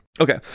Okay